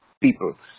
people